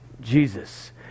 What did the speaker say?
Jesus